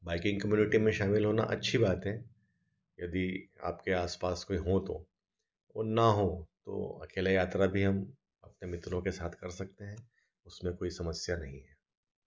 biking community में शामिल होना अच्छी बात है यदि आपके आस पास कोई हो तो न हो तो अकेले यात्रा भी हम अपने मित्रों के साथ कर सकते हैं उसमें कोई समस्या नहीं है